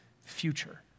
future